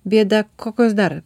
bėda kokios dar